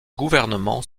gouvernement